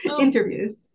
interviews